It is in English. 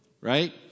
right